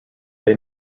they